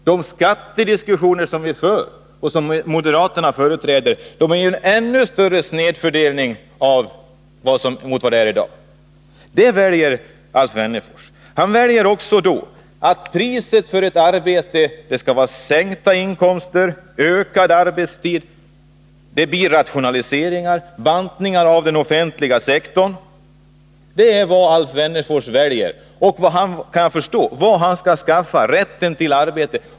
De skattediskussioner som moderaterna för syftar ju till en ännu större snedfördelning än vad som i dag förekommer. Detta är det som Alf Wennerfors väljer. Han väljer då också att priset för behållet arbete skall vara sänkta inkomster och ökad arbetstid. Det skall vidare bli rationaliseringar och bantningar av den offentliga sektorn. Det är vad Alf Wennerfors väljer. Det är det sätt som han såvitt jag kan förstå vill säkerställa rätten till arbete på.